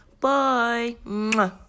Bye